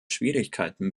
schwierigkeiten